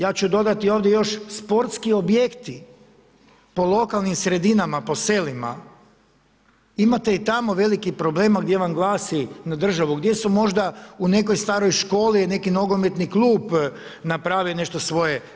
Ja ću dodati ovdje još sportski objekti po lokalnim sredinama, po selima imate i tamo veliki problema gdje vam glasi na državu, gdje su možda u nekoj staroj školi, neki nogometni klub napravi nešto svoje.